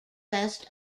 west